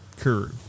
Kuru